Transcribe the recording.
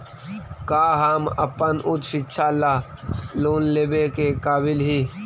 का हम अपन उच्च शिक्षा ला लोन लेवे के काबिल ही?